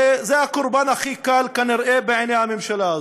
זה הקורבן הכי קל, כנראה, בעיני הממשלה הזאת.